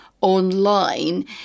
Online